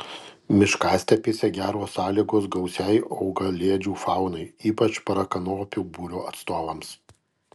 miškastepėse geros sąlygos gausiai augalėdžių faunai ypač porakanopių būrio atstovams